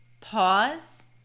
pause